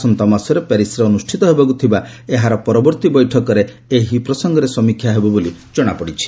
ଆସନ୍ତା ମାସରେ ପ୍ୟାରିସ୍ରେ ଅନୁଷ୍ଠିତ ହେବାକୁ ଥିବା ଏହାର ପରବର୍ତ୍ତୀ ବୈଠକରେ ଏହି ପ୍ରସଙ୍ଗରେ ସମୀକ୍ଷା ହେବ ବୋଳି ଜଣାପଡ଼ିଛି